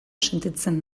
sentitzen